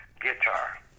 guitar